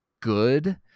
good